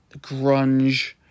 Grunge